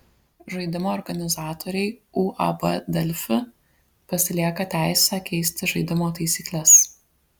žaidimo organizatoriai uab delfi pasilieka teisę keisti žaidimo taisykles